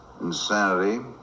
insanity